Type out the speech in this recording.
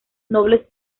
nobles